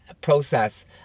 process